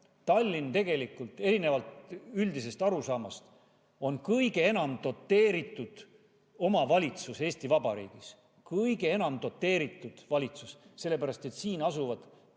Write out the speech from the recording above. Tallinn tegelikult erinevalt üldisest arusaamast on kõige enam doteeritud omavalitsus Eesti Vabariigis. Kõige enam doteeritud omavalitsus! Sellepärast et siin asuvad tänu